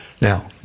Now